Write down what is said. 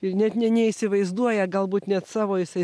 ir net ne neįsivaizduoja galbūt net savo jisai